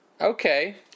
Okay